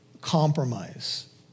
compromise